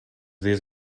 dies